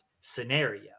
scenario